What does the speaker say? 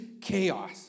chaos